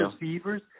receivers